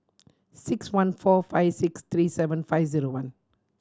six one four five six three seven five zero one